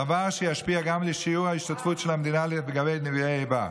דבר שישפיע גם על שיעור ההשתתפות של המדינה לנפגעי איבה.